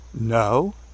no